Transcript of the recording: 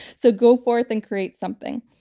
so go forth and create something.